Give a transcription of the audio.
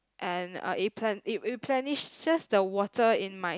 and uh it replenish just the water in my